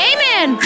Amen